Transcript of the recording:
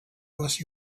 was